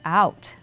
out